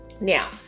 Now